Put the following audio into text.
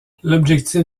l’objectif